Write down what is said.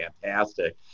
fantastic